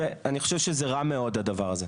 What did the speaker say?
אני חושב שזה רע מאוד, הדבר הזה.